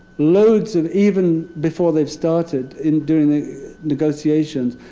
loads of even before they've started in doing the negotiations,